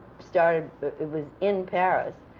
started it was in paris,